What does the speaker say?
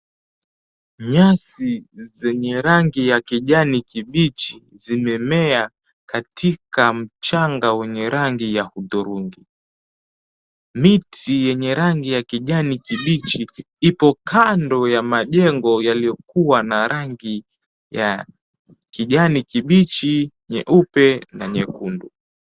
Nyasi zenye rangi ya kijani kibichi zimemea katika mchanga wenye rangi ya hudhurungi. Miti yenye rangi ya kijani kibichi ipo kando ya majengo yaliyokuwa na rangi ya kijani kibichi, nyeupe, na nyekundu.